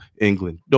England